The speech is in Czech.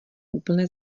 úplné